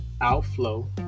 outflow